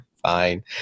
Fine